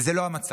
וזה לא המצב,